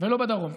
ולא בדרום.